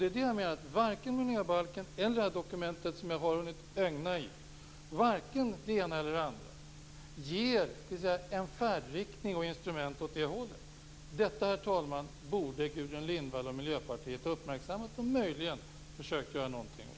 Det är det jag menar; att varken miljöbalken eller det här dokumentet - som jag bara har hunnit ögna igenom - ger en färdriktning och instrument åt det hållet. Detta, herr talman, borde Gudrun Lindvall och Miljöpartiet ha uppmärksammat och möjligen försökt att göra något åt.